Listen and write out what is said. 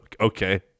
Okay